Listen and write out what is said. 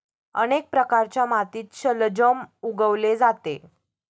अनेक प्रकारच्या मातीत शलजम उगवले जाते